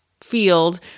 field